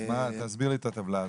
אז מה, תסביר לי את הטבלה הזאת.